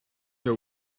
your